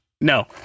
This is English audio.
no